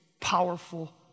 powerful